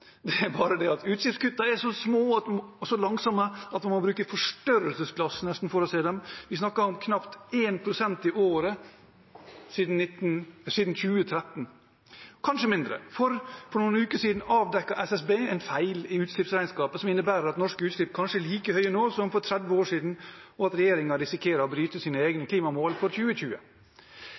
det er bare det at utslippskuttene er så små og går så langsomt at man nesten må bruke forstørrelsesglass for å se dem. Vi snakker om knapt 1 pst. i året siden 2013 – kanskje mindre, for for noen uker siden avdekket SSB en feil i utslippsregnskapet som innebærer at norske utslipp kanskje er like høye nå som for 30 år siden, og at regjeringen risikerer å bryte sine egne klimamål for 2020.